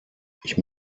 ich